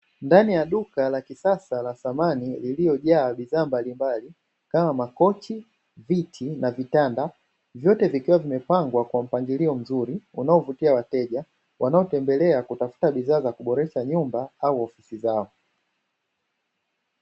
Ndani ya duka la kisasa la samani iliyojaaa bidhaa mbalimbali kama makochi ,viti, na vitanda vyote vikiwa vimepangwa kwa mpangilio mzuri unaovutia wateja, wanaotembelea kutafuta bidhaa za kuboresha nyumba au ofisi zao.